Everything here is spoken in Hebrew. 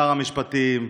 שר המשפטים,